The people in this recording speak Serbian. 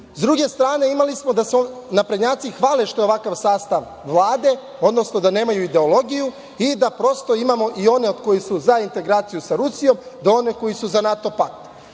druge strane, imali smo da, da se naprednjaci hvale što je ovakav sastav Vlade, odnosno da nemaju ideologiju i da prosto imamo i one koji su za integraciju sa Rusijom do onih koji su za NATO pakt.